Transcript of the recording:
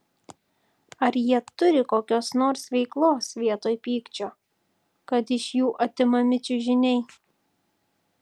ar jie turi kokios nors veiklos vietoj pykčio kad iš jų atimami čiužiniai